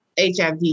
HIV